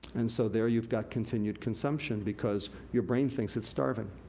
and so there you've got continued consumption because your brain thinks it's starving.